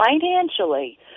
financially